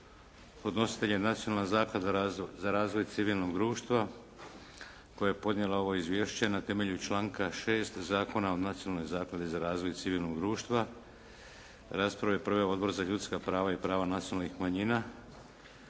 Podnositelj je Nacionalna zaklada za razvoj civilnog društva koja je podnijela ovo izvješće na temelju članka 6. Zakona o Nacionalnoj zakladi za razvoj civilnog društva. Raspravu je proveo Odbor za ljudska prava i prava nacionalnih manjina.